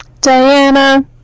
diana